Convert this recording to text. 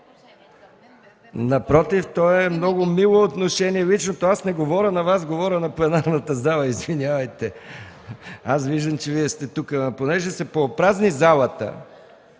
Напротив, то е много мило отношение. Аз не говоря на Вас, говоря на пленарната зала, извинявайте. Виждам, че Вие сте тук, но понеже се поопразни залата